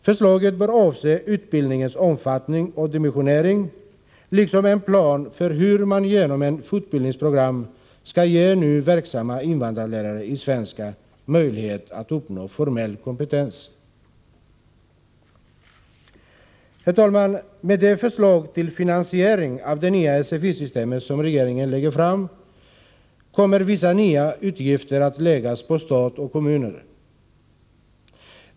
Förslaget bör avse utbildningens omfattning och dimensionering, liksom en plan för hur man genom ett fortbildningsprogram skall ge nu verksamma invandrarlärare i svenska möjlighet att uppnå formell kompetens. Herr talman! Med det förslag till finansiering av det nya SFI-systemet som regeringen lägger fram kommer vissa nya utgifter att läggas på stat och kommuner.